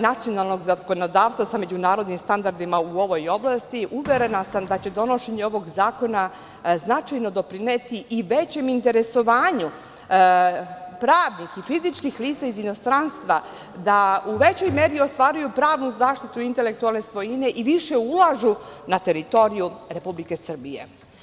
nacionalnog zakonodavstva sa međunarodnim standardima u ovoj oblasti, uverena sam da će donošenje ovog zakona značajno doprineti i većem interesovanju pravnih i fizičkih lica iz inostranstva da u većoj meri ostvaruju pravnu zaštitu intelektualne svojine i više ulažu na teritoriju Republike Srbije.